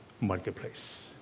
marketplace